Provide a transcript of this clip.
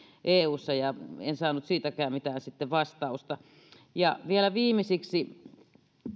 eussa ja en saanut siitäkään mitään vastausta vielä viimeiseksi